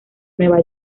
nueva